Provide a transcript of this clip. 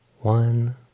one